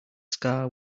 scar